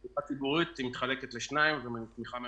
התמיכה הציבורית מתחלקת לשניים: תמיכה ממשלתית,